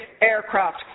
aircraft